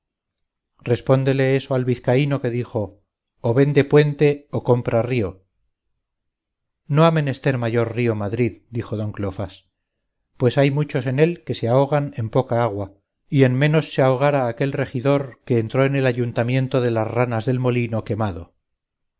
respóndele eso al vizcaíno que dijo o vende puente o compra río no ha menester mayor río madrid dijo don cleofás pues hay muchos en él que se ahogan en poca agua y en menos se ahogara aquel regidor que entró en el ayuntamiento de las ranas del molino quemado